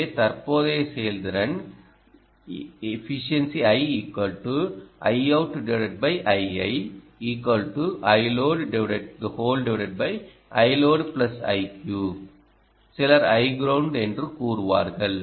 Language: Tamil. எனவே தற்போதைய செயல்திறன் சிலர் Iground என்று கூறுகிறார்கள்